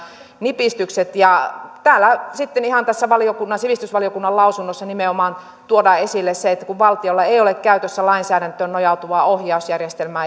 nipistykset täällä sitten ihan tässä sivistysvaliokunnan lausunnossa nimenomaan tuodaan esille se että valtiolla ei ole käytössä lainsäädäntöön nojautuvaa ohjausjärjestelmää